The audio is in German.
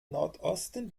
nordosten